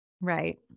Right